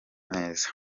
neza